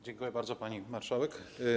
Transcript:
Dziękuję bardzo, pani marszałek.